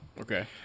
Okay